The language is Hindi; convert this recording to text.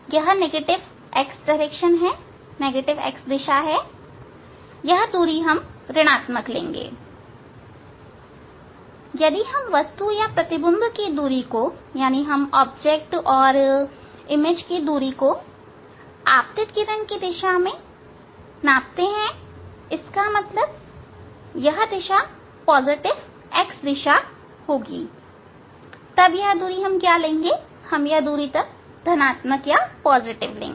यह नेगेटिव x दिशा है यह दूरी हम ऋणआत्मक लेंगे यदि हम वस्तु या प्रतिबिंब की दूरी को आपतित किरण की दिशा में मापते हैं इसका मतलब यह दिशा पॉजिटिव x दिशा होगी तब यह दूरी हम धनात्मक लेंगे